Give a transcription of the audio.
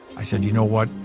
i said, you know what,